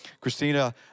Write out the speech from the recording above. Christina